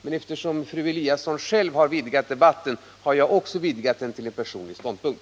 Men eftersom fru Andersson själv har vidgat debatten har jag också vidgat den till att omfatta även en personlig ståndpunkt.